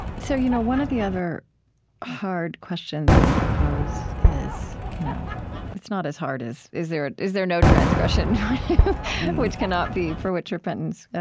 so you know one of the other hard questions that you pose is you know it's not as hard as is there ah is there no transgression which cannot be for which repentance